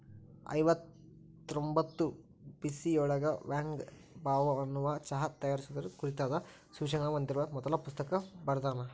ಐವತ್ತರೊಂಭತ್ತು ಬಿಸಿಯೊಳಗ Wang Bao ಅನ್ನವಾ ಚಹಾ ತಯಾರಿಸುವುದರ ಕುರಿತಾದ ಸೂಚನೆಗಳನ್ನ ಹೊಂದಿರುವ ಮೊದಲ ಪುಸ್ತಕ ಬರ್ದಾನ